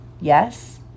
Yes